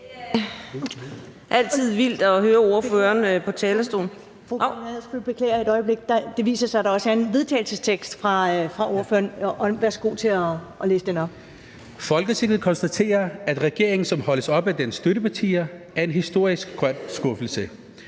»Folketinget konstaterer, at regeringen, som holdes oppe af dens støttepartier, er en historisk grøn skuffelse,